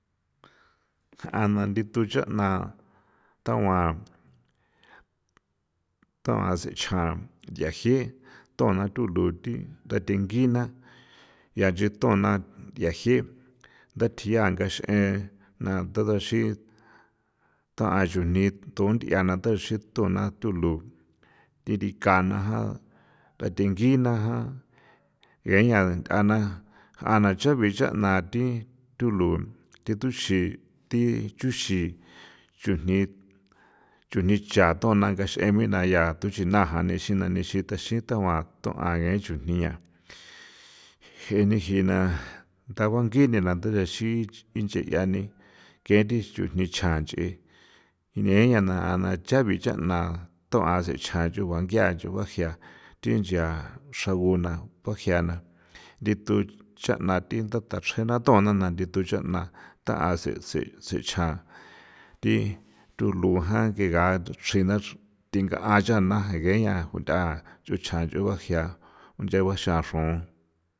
Jꞌana ndithu chaꞌna thaguan thaguan see chan ya jie tuna thulo thi dathengi na yanchi tóna ndiajié nthatjia ngaxen na tha daxin taa jꞌan chujni tuundíana taxi tona thulo thi dikan na ja dathegui na ja geen jiña nthana jꞌana icha bichana thi thulo thi thuxi thi chunxi chujni chujni chja toana ngaxe muina yia tuchinajan nixi na nixi texi taguan toꞌan geen chujnía jeꞌeni jina tabangui na ndabanki binche'a ni geen thi chujni chan ncheꞌe jineeña na jꞌana icha bichana toan seen cha nchuba inkía nchuba gia yuu thin ncha xaguna bajia na dithu chaꞌna thi ndhata txre nato nana nditu chaꞌna taꞌan sen sen sen chan thi thulo jan ke ka tingaꞌa chana geeña junda chuchan nchuba gia nchea baxaxon.